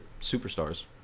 superstars